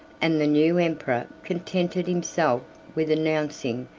and the new emperor contented himself with announcing,